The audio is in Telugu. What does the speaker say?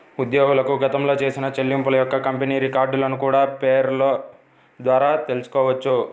ఉద్యోగులకు గతంలో చేసిన చెల్లింపుల యొక్క కంపెనీ రికార్డులను కూడా పేరోల్ ద్వారా తెల్సుకోవచ్చు